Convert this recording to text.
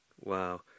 Wow